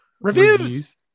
Reviews